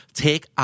take